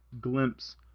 glimpse